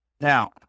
Now